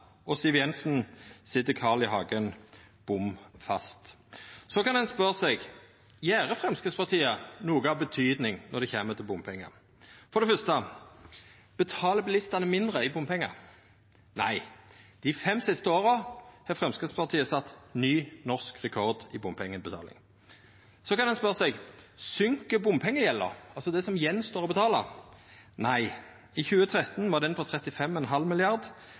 og Siv Jensen sit Carl I. Hagen bom fast. Så kan ein spørja seg: Gjer Framstegspartiet noko av betyding når det kjem til bompengar? For det første: Betaler bilistane mindre i bompengar? Nei, dei fem siste åra har Framstegspartiet sett ny norsk rekord i bompengeinnbetaling. Så kan ein igjen spørja seg: Går bompengegjelda ned, altså det som står att å betala? Nei, i 2013 var gjelda på